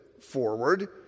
forward